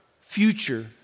future